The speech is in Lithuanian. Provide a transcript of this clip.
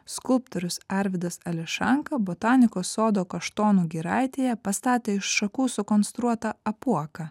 skulptorius arvydas ališanka botanikos sodo kaštonų giraitėje pastatė iš šakų sukonstruotą apuoką